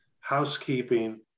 housekeeping